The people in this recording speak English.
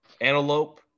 antelope